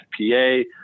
FPA